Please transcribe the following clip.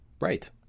Right